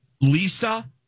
Lisa